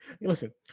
Listen